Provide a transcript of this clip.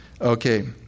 Okay